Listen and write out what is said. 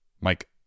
Mike